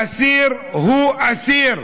אסיר הוא אסיר.